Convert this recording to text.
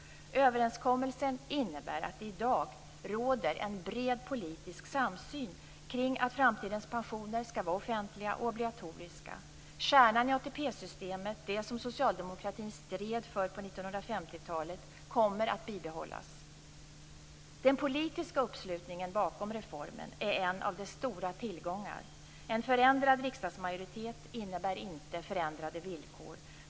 Överenskommelsen innebär att det i dag råder en bred politisk samsyn kring att framtidens pensioner skall vara offentliga och obligatoriska. Kärnan i ATP-systemet, som socialdemokratin stred för på 1950-talet, kommer att bibehållas. Den politiska uppslutningen bakom reformen är en av dess stora tillgångar. En förändrad riksdagsmajoritet innebär inte förändrade villkor.